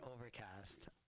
Overcast